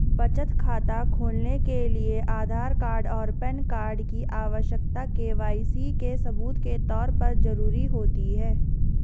बचत खाता खोलने के लिए आधार कार्ड और पैन कार्ड की आवश्यकता के.वाई.सी के सबूत के तौर पर ज़रूरी होती है